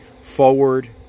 Forward